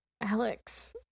Alex